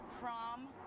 Prom